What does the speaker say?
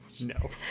no